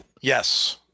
Yes